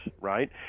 right